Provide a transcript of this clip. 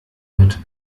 mit